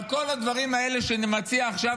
אבל כל הדברים האלה שאני מציע עכשיו,